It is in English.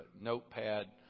notepad